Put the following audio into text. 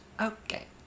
Okay